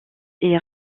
est